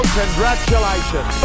congratulations